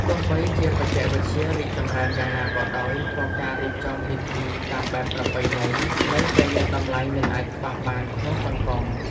ទោះបីជាបច្ចេកវិទ្យារីកចម្រើនយ៉ាងណាក៏ដោយ ក៏ការរៀបចំពិធីតាមបែបប្រពៃណីនៅតែមានតម្លៃមិនអាចខ្វះបានក្នុងសង្គម។